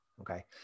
okay